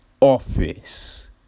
office